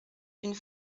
d’une